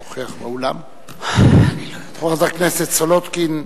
הכנסת סולודקין,